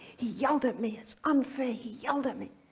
he yelled at me, it's unfair, he yelled at me,